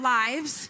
lives